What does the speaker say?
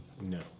No